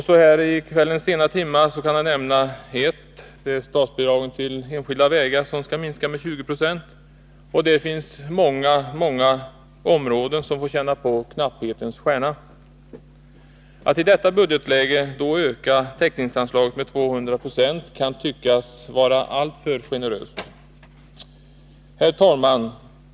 Så här i kvällens sena timme kan jag nämna ett besparingsförslag, det gäller statsbidragen till enskilda vägar som skall minska med 20 20. Det finns många områden som får känna på vad som menas med knapphetens kalla stjärna. Att i detta budgetläge öka täckningsanslaget med 200 90 kan tyckas vara alltför generöst. Fru talman!